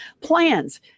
Plans